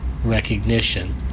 recognition